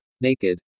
Naked